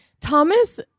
Thomas